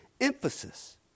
emphasis